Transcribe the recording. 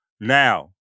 Now